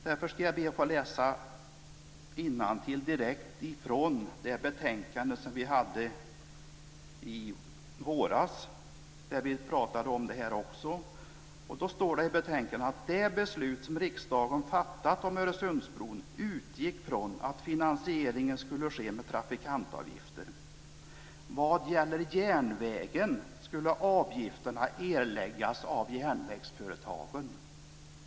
Därför ska jag be att få läsa innantill direkt från det betänkande som vi behandlade i våras. Det står i betänkandet: "Det beslut som riksdagen fattat om Öresundsbron utgick från att finansieringen skulle ske med trafikantavgifter. Vad gäller järnvägen skulle avgifterna erläggas av järnvägsföretagen."